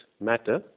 matter